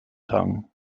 tongue